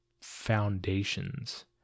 foundations